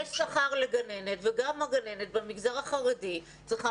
יש שכר לגננת וגם גננת במגזר החרדי צריכה